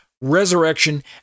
resurrection